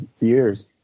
years